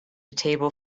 table